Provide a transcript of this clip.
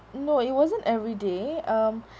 no it wasn't every day um